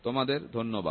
তোমাদের ধন্যবাদ